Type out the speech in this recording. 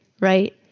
right